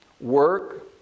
work